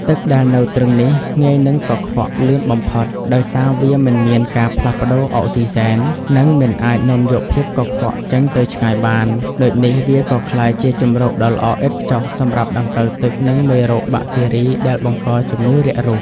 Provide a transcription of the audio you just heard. ទឹកដែលនៅទ្រឹងនេះងាយនឹងកខ្វក់លឿនបំផុត ដោយសារវាមិនមានការផ្លាស់ប្តូរអុកស៊ីសែន និងមិនអាចនាំយកភាពកខ្វក់ចេញទៅឆ្ងាយបាន ដូចនេះវាក៏ក្លាយជាជម្រកដ៏ល្អឥតខ្ចោះសម្រាប់ដង្កូវទឹក និងមេរោគបាក់តេរីដែលបង្កជំងឺរាករូស។